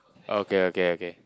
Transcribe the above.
okay okay okay